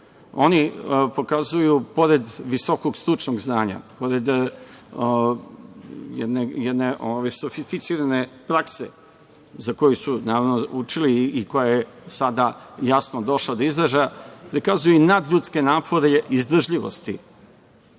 Oni pokazuju, pored visokog stručnog znanja, pored jedne sofisticirane prakse za koju su, naravno, učili i koja je sada jasno došla do izražaja, nadljudske napore izdržljivosti